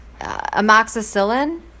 amoxicillin